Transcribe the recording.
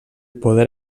poder